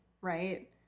right